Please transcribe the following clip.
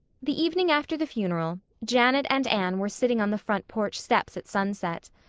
the evening after the funeral janet and anne were sitting on the front porch steps at sunset.